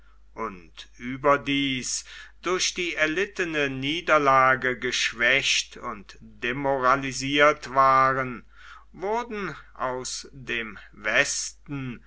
und überdies durch die erlittene niederlage geschwächt und demoralisiert waren wurden aus dem westen